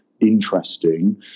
interesting